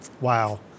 Wow